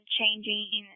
changing